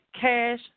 cash